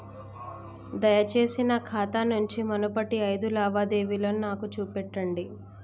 దయచేసి నా ఖాతా నుంచి మునుపటి ఐదు లావాదేవీలను నాకు చూపెట్టండి